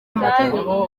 amategeko